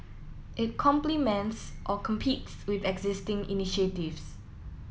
it complements or competes with existing initiatives